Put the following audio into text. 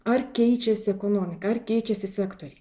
ar keičiasi ekonomika ar keičiasi sektoriai